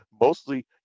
Mostly